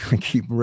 keep